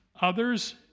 Others